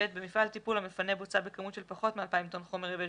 במפעל טיפול המפנה בוצה בכמות של פחות מאלפיים טון חומר יבש